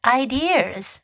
ideas